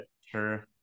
Sure